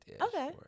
okay